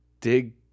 dig